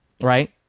Right